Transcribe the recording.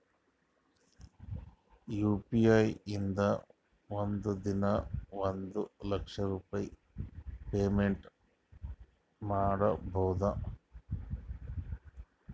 U P I ಇಂದ ಒಂದ್ ದಿನಾ ಒಂದ ಲಕ್ಷ ರೊಕ್ಕಾ ಪೇಮೆಂಟ್ ಮಾಡ್ಬೋದ್